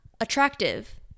attractive